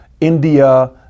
India